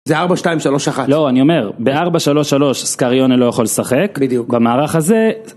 זה ארבע שתיים שלוש אחת לא אני אומר בארבע שלוש שלוש סקריונה לא יכול לשחק בדיוק במערך הזה.